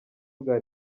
bwa